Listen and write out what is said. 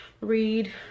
read